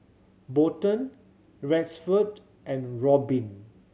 Bolden Rexford and Robyn